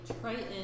Triton